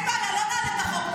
אני לא מבינה למה את מגינה עליהם.